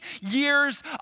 years